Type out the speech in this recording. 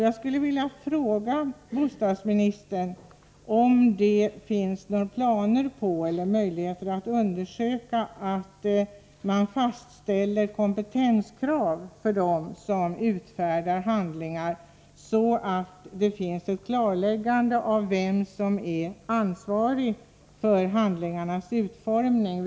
Jag skulle vilja fråga bostadsministern om det finns planer på eller möjligheter att fastställa kompetenskrav för dem som utfärdar handlingar, så att det står klart vem som är ansvarig för handlingarnas utformning.